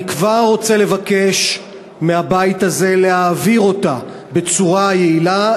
אני כבר רוצה לבקש מהבית הזה להעביר אותה בצורה יעילה,